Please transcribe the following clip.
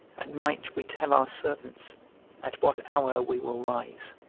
at night we tell our servants at what hour we will rise,